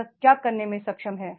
वह क्या करने में सक्षम है